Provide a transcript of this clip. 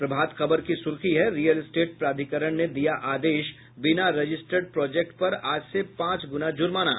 प्रभात खबर की सुर्खी है रियल एस्टेट प्राधिकरण ने दिया आदेश बिना रजिस्टर्ड प्राजेक्ट पर आज से पांच गुना जुर्माना